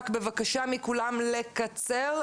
רק בבקשה מכולם לקצר,